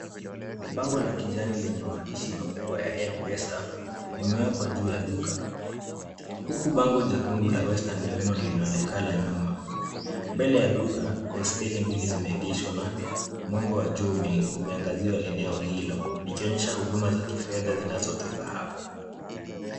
Bango la kijani lenye maandishi makubwa ya M-Pesa imewekwa juu ya duka, huku bango jekundu la Western Union linaonekana nyuma. Mbele ya duka baiskeli mbili zimeegeshwa na mwongo wa jua umeangaziwa eneo hilo likionyesha huduma za kifedha zinazotoka hapo.